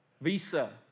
Visa